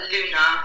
Luna